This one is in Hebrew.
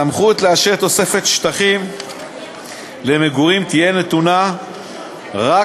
הסמכות לאשר תוספת שטחים למגורים תהיה נתונה רק